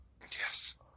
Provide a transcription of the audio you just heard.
Yes